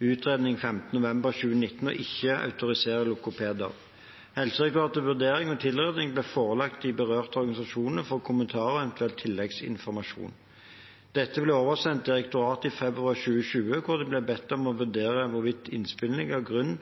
utredning 5. november 2019 å ikke autorisere logopeder. Helsedirektoratets vurdering og tilråding ble forelagt de berørte organisasjonene for kommentarer og eventuell tilleggsinformasjon. Dette ble oversendt direktoratet i februar 2020, hvor de ble bedt om å vurdere hvorvidt innspillene ga grunn